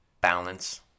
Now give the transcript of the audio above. balance